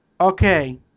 Okay